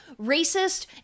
racist